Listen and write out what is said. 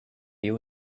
you